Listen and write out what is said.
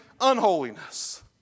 unholiness